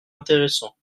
intéressant